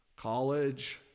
College